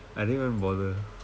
I didn't even bother